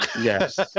Yes